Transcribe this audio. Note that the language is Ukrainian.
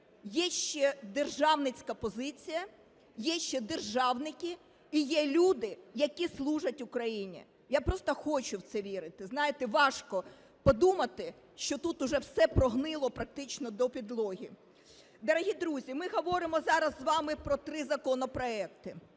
є ще державницька позиція, є ще державники, і є люди, які служать Україні. Я просто хочу в це вірити. Знаєте, важко подумати, що тут уже все прогнило практично до підлоги. Дорогі друзі, ми говоримо зараз з вами про три законопроекти.